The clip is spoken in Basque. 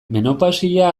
menopausia